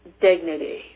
dignity